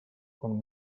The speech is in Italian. con